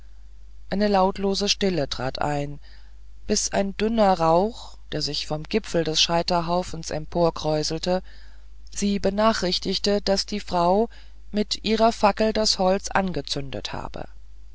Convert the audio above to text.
eine lautlose stille trat ein bis ein dünner rauch der sich vom gipfel des scheiterhaufens emporkräuselte sie benachrichtigte daß die frau mit ihrer fackel das holz angezündet habe